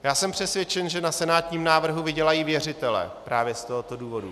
Já jsem přesvědčen, že na senátním návrhu vydělají věřitelé právě z tohoto důvodu.